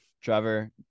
Trevor